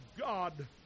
God